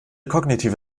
kognitive